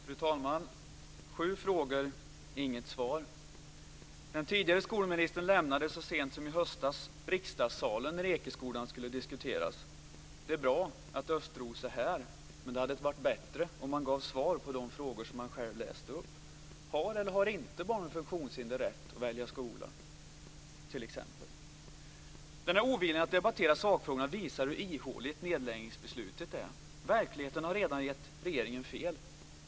Fru talman! Det var sju frågor, men inget svar. Den tidigare skolministern lämnade så sent som i höstas plenisalen när Ekeskolan skulle diskuteras. Det är bra att Östros är här, men det hade varit bättre om han gav svar på de frågor som han själv läste upp. Oviljan att debattera sakfrågorna visar hur ihåligt nedläggningsbeslutet är. Verkligheten har redan visat att regeringen har fel.